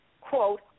quote